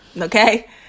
Okay